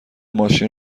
ماشین